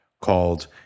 called